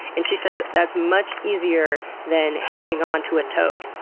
and she says that's much easier than hanging onto a toad,